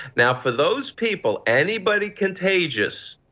now for those people anybody contagious.